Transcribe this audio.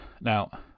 Now